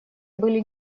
были